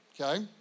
okay